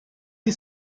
the